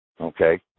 okay